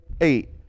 eight